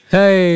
Hey